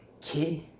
Kid